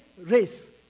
race